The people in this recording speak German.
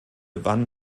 wann